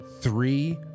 three